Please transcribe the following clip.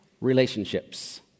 relationships